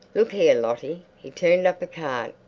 look here, lottie. he turned up a card.